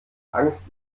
angst